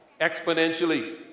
exponentially